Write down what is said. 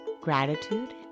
Gratitude